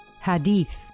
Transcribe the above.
Hadith